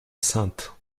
saintes